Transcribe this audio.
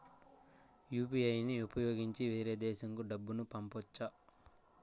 UPI ని ఉపయోగించి వేరే దేశంకు డబ్బును పంపొచ్చా?